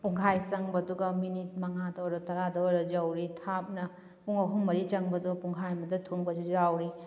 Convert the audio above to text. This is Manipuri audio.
ꯄꯨꯡꯈꯥꯏ ꯆꯪꯕꯗꯨꯒ ꯃꯤꯅꯤꯠ ꯃꯉꯥꯗ ꯑꯣꯏꯔꯣ ꯇꯔꯥꯗ ꯑꯣꯏꯔꯣ ꯌꯧꯔꯦ ꯊꯥꯞꯅ ꯄꯨꯡ ꯑꯍꯨꯝ ꯃꯔꯤ ꯆꯪꯕꯗꯣ ꯄꯨꯡꯈꯥꯏ ꯑꯃꯗ ꯊꯨꯡꯕꯁꯨ ꯌꯥꯎꯔꯤ